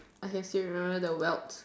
I can still remember the welt